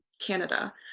Canada